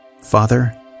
Father